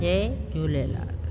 Jay Jhulelal